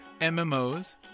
mmos